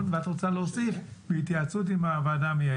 ואת רוצה להוסיף בהתייעצות עם הוועדה המייעצת?